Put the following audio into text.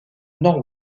nord